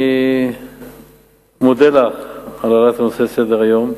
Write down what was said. אני מודה לך על העלאת הנושא לסדר-היום,